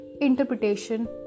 interpretation